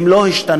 הם לא השתנו.